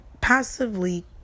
passively